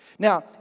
Now